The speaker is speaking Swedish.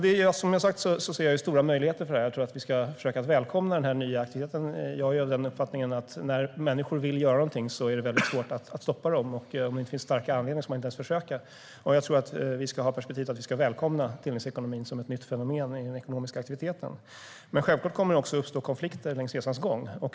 Som jag har sagt ser jag stora möjligheter. Jag tycker att vi ska försöka välkomna den nya aktiviteten. Jag är av uppfattningen att när människor vill göra något, då är det svårt att stoppa dem, och om det inte finns starka anledningar ska man inte ens försöka. Jag tror att vi ska ha perspektivet att vi ska välkomna delningsekonomin som ett nytt fenomen inom ekonomiska aktiviteter. Självklart kommer det också att uppstå konflikter under resans gång.